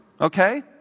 okay